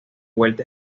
vuelta